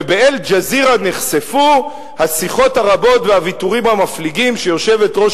וב"אל-ג'זירה" נחשפו השיחות הרבות והוויתורים המפליגים שיושבת-ראש